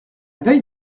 veille